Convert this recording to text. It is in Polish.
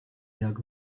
jak